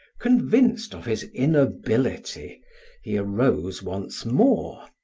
convinced of his inability he arose once more,